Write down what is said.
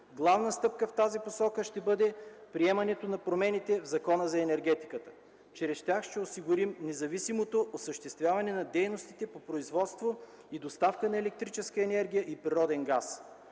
Главна стъпка в тази посока ще бъде приемането на промените в Закона за енергетиката. Чрез тях ще осигурим независимото осъществяване на дейностите по производство и доставка на електрическа енергия и природен газ.